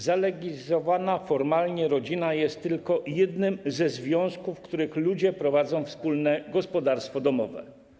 Zalegalizowana formalnie rodzina jest tylko jednym ze związków, w których ludzie prowadzą wspólne gospodarstwo domowe.